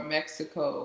Mexico